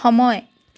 সময়